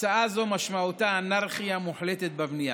הצעה זו משמעותה אנרכיה מוחלטת בבנייה.